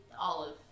olive